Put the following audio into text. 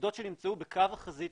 עובדות שנמצאו בקו החזית,